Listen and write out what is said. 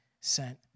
sent